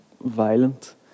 violent